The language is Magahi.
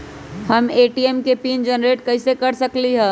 हम ए.टी.एम के पिन जेनेरेट कईसे कर सकली ह?